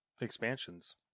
expansions